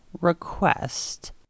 request